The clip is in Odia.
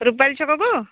ରୁପାଲୀ ଛକକୁ